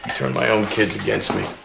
turned my own kids against me.